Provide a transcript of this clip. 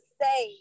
say